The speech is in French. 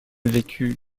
vécut